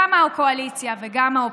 גם הקואליציה וגם האופוזיציה.